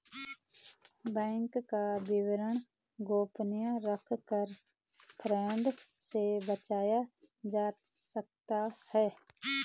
bank का विवरण गोपनीय रखकर फ्रॉड से बचा जा सकता है